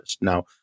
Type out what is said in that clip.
Now